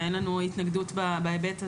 ואין לנו התנגדות בהיבט הזה.